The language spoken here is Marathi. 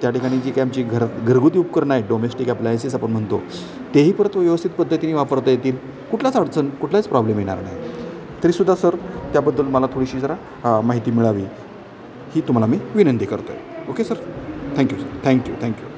त्या ठिकाणी जी काय आमची घर घरगुती उपकरण नाही डोमेस्टिक ॲप्लायन्सिस आपण म्हणतो तेही परत व्यवस्थित पद्धतीने वापरता येतील कुठलाच अडचण कुठल्याच प्रॉब्लेम ये नाही तरीसुद्धा सर त्याबद्दल मला थोडीशी जरा माहिती मिळावी ही तुम्हाला मी विनंती करतोय okay sir thank you sir thank you thank you